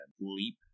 leap